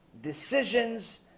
decisions